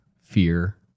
fear